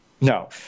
No